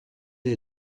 est